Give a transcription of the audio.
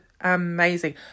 amazing